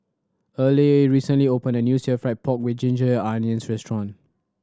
Earle recently opened a new Stir Fried Pork With Ginger Onions restaurant